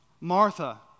Martha